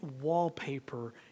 wallpaper